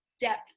depth